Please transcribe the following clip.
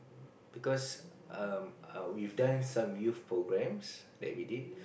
because um we've done some youth programs that we did